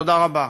תודה רבה.